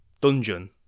dungeon